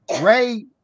ray